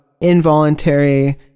involuntary